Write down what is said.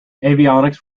avionics